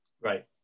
Right